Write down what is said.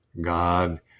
God